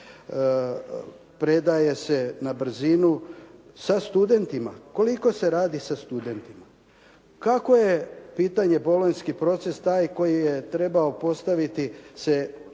predaje se na brzinu. Sa studentima, koliko se radi sa studentima? Kako je pitanje Bolonjski proces taj koji je trebao postaviti se